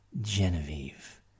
Genevieve